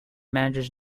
managers